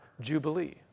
Jubilee